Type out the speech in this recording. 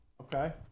Okay